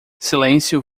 silêncio